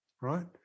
right